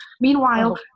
Meanwhile